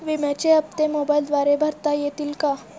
विम्याचे हप्ते मोबाइलद्वारे भरता येतील का?